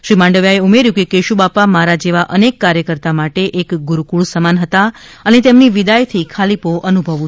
શ્રી માંડવિયા એ ઉમેર્યું છે કે કેશુબાપા મારા જેવા અનેક કાર્યકર્તા માટે તેઓ એક ગુરૂકુળ સમાન હતા અને તેમની વિદાય થી ખાલીપો અનુભવું